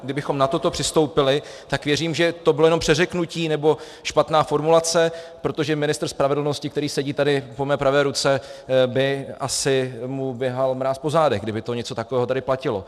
Kdybychom na toto přistoupili, tak věřím, že to bylo jenom přeřeknutí nebo špatná formulace, protože ministru spravedlnosti, který sedí tady po mé pravé ruce, by asi běhal mráz po zádech, kdyby něco takového tady platilo.